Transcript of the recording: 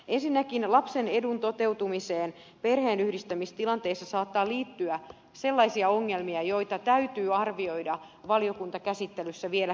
ensinnäkin lapsen edun toteutumiseen perheenyhdistämistilanteissa saattaa liittyä sellaisia ongelmia joita täytyy arvioida valiokuntakäsittelyssä vielä kertaalleen